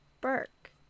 Burke